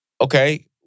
Okay